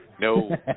No